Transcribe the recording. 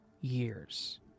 years